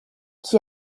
qui